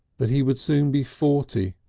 that he would soon be forty,